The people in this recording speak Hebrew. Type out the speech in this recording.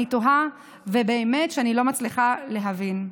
אני תוהה ובאמת שאני לא מצליחה להבין.